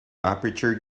aperture